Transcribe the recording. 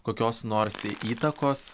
kokios nors įtakos